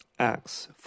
Acts